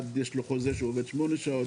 אחד יש לו חוזה שהוא עובד שמונה שעות,